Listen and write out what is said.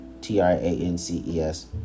T-R-A-N-C-E-S